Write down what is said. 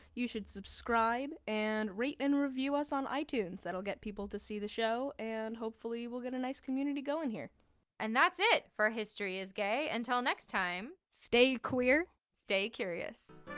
you should subscribe and rate and review us on itunes. that'll get people to see the show and hopefully we'll get a nice community going here and that's it for history is gay. until next time, stay queer stay curious